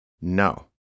No